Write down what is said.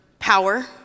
power